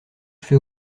fait